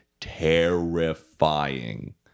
terrifying